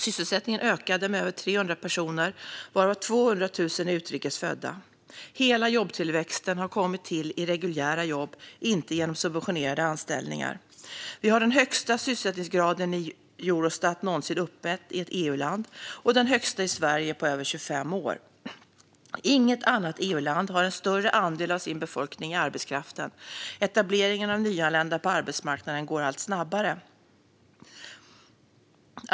Sysselsättningen ökade med över 300 000 personer, varav 200 000 utrikes födda. Hela jobbtillväxten har kommit till i reguljära jobb, inte genom subventionerade anställningar. Vi har den högsta sysselsättningsgrad Eurostat någonsin uppmätt i ett EU-land och den högsta i Sverige på över 25 år. Inget annat EU-land har en större andel av sin befolkning i arbetskraften. Etableringen av nyanlända på arbetsmarknaden går allt snabbare.